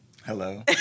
Hello